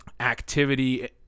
activity